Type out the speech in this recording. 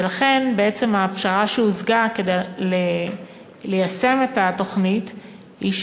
ולכן בעצם הפשרה שהושגה כדי ליישם את התוכנית היא,